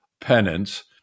penance